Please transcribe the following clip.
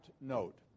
note